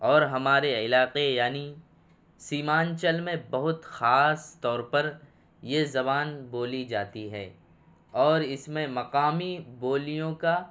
اور ہمارے علاقے یعنی سیمانچل میں بہت خاص طور پر یہ زبان بولی جاتی ہے اور اس میں مقامی بولیوں کا